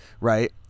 Right